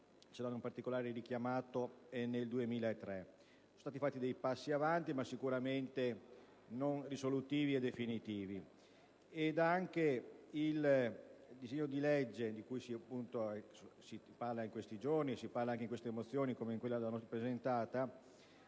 lo hanno in particolare richiamato nel 2003. Sono stati fatti passi avanti, ma sicuramente non definitivi e risolutivi, ed anche il disegno di legge di cui si parla in questi giorni - e anche in queste mozioni, come quella da noi presentata